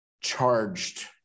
charged